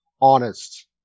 honest